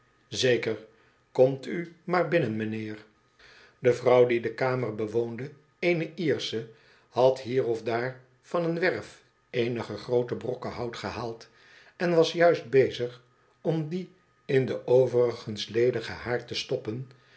zeker kom u maar binnen mijnheer de vrouw die de kamer bewoonde eene iersche had hier of daar van een werf eenige groote brokken hout gehaald en was juist bezig om die in den overigens ledigen haard te stoppen